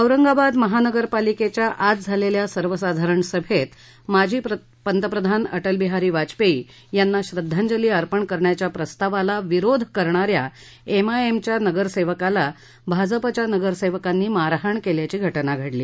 औरंगाबाद महानगरपालिकेच्या आज झालेल्या सर्वसाधारण सभेत माजी पंतप्रधान अटलबिहारी वाजपेयी यांना श्रद्वांजली अर्पण करण्याच्या प्रस्तावाला विरोध करणाऱ्या एमआयएमच्या नगरसेवकाला भाजपच्या नगरसेवकांनी मारहाण केल्याची घटना घडली